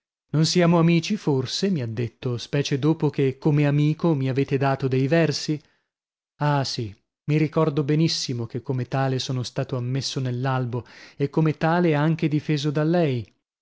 non siamo amici forse mi ha detto specie dopo che come amico mi avete dato dei versi ah sì mi ricordo benissimo che come tale sono stato ammesso nell'albo e come tale anche difeso da lei